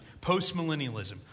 post-millennialism